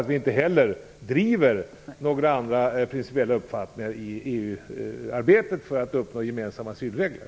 Vi driver heller inte några andra principiella uppfattningar i EU-arbetet för att uppnå gemensamma asylregler.